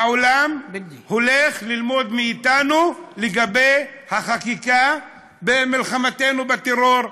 העולם הולך ללמוד מאתנו על החקיקה במלחמתנו בטרור.